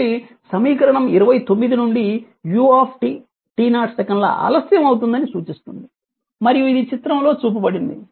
కాబట్టి సమీకరణం 29 నుండి u t0 సెకన్ల ఆలస్యం అవుతుందని సూచిస్తుంది మరియు ఇది చిత్రంలో చూపబడింది